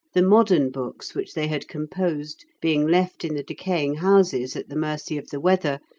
the modern books which they had composed being left in the decaying houses at the mercy of the weather,